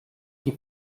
die